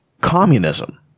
communism